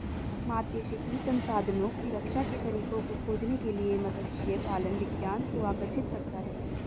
मात्स्यिकी संसाधनों की रक्षा के तरीकों को खोजने के लिए मत्स्य पालन विज्ञान को आकर्षित करता है